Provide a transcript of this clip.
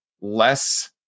less